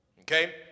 okay